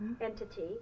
entity